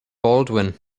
baldwin